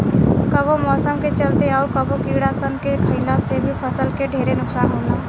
कबो मौसम के चलते, अउर कबो कीड़ा सन के खईला से भी फसल के ढेरे नुकसान होला